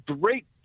great